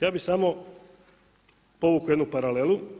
Ja bi samo povukao jednu paralelu.